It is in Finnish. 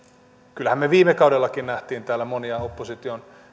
kyllähän me viime kaudellakin näimme täällä monia opposition